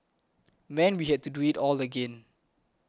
meant we had to do it all again